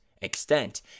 extent